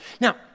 Now